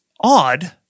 odd